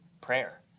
prayer